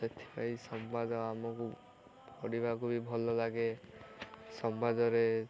ଏଥିପାଇଁ ସମ୍ବାଦ ଆମକୁ ପଢ଼ିବାକୁ ବି ଭଲଲାଗେ ସମ୍ବାଦରେ